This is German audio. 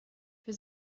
für